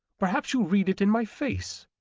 perhaps you read it in my face.